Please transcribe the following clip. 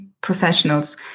professionals